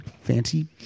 fancy